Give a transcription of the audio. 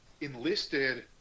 enlisted